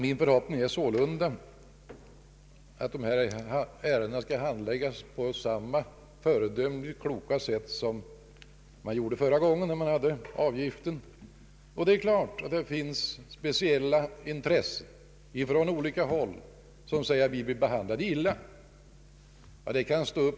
Min förhoppning är sålunda, herr talman, att ärendena skall handläggas på samma föredömligt kloka sätt som förra gången vi hade den här avgiften. Det är klart att det finns speciella intressen på olika håll som säger att de blir illa behandlade.